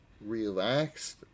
relaxed